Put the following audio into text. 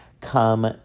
come